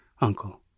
Uncle